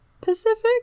Pacific